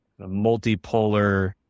multipolar